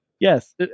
Yes